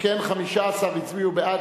שכן 15 הצביעו בעד,